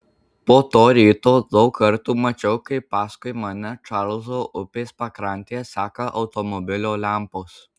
po to ryto daug kartų mačiau kaip paskui mane čarlzo upės pakrantėje seka automobilio lempos